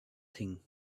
thing